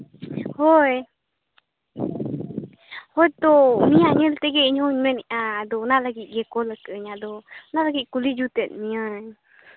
ᱦᱳᱭ ᱦᱳᱭ ᱛᱳ ᱩᱱᱤᱭᱟᱜ ᱧᱮᱞ ᱛᱮᱜᱮ ᱤᱧ ᱦᱚᱸᱧ ᱢᱮᱱᱮᱫᱼᱟ ᱟᱫᱚ ᱚᱱᱟ ᱞᱟᱹᱜᱤᱫ ᱜᱮ ᱠᱚᱞ ᱟᱠᱟᱫ ᱟᱹᱧ ᱟᱫᱚ ᱚᱱᱟ ᱞᱟᱹᱜᱤᱫ ᱠᱩᱞᱤ ᱡᱩᱛ ᱮᱫ ᱢᱤᱭᱟᱹᱧ